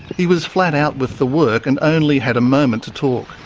he was flat out with the work and only had a moment to talk.